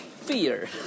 fear